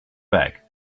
back